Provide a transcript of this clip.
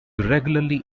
regularly